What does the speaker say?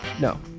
No